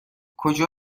کجا